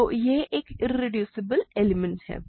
तो यह एक इरेड्यूसिबल एलिमेंट है